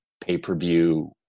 pay-per-view